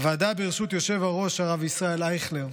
הוועדה בראשות היושב-ראש הרב ישראל אייכלר,